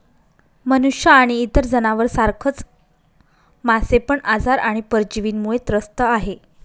मनुष्य आणि इतर जनावर सारखच मासे पण आजार आणि परजीवींमुळे त्रस्त आहे